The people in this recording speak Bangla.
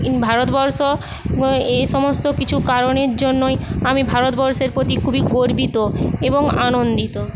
ভারতবর্ষ এই সমস্ত কিছু কারণের জন্যই আমি ভারতবর্ষের প্রতি খুবই গর্বিত এবং আনন্দিত